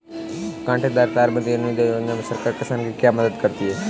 कांटेदार तार बंदी अनुदान योजना में सरकार किसान की क्या मदद करती है?